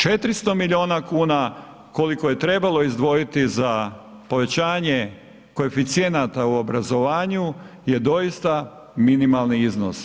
400 miliona kuna koliko je trebalo izdvojiti za povećanje koeficijenata u obrazovanju je doista minimalni iznos.